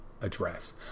address